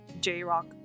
J-rock